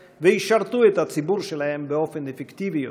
וישרתו את הציבור שלהם באופן אפקטיבי יותר.